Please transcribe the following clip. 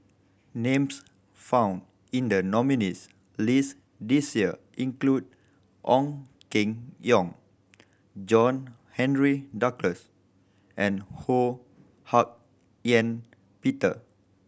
names found in the nominees' list this year include Ong Keng Yong John Henry Duclos and Ho Hak Ean Peter